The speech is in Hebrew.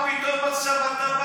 אתה לא יודע על מה את מדבר.